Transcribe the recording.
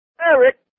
Eric